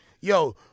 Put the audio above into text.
yo